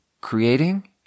creating